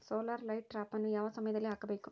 Solar light ಟ್ರಾಪನ್ನು ಯಾವ ಸಮಯದಲ್ಲಿ ಹಾಕಬೇಕು?